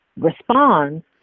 responds